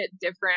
different